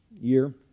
year